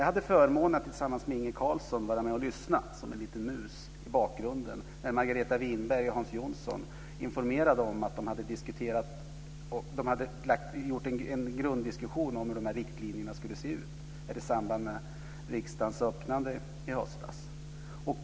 Jag hade förmånen att tillsammans med Inge Carlsson vara med och lyssna som en liten mus i bakgrunden när Margareta Winberg och Hans Jonsson informerade om att de hade haft en grunddiskussion om hur riktlinjerna skulle se ut. Det var i samband med riksdagens öppnande i höstas.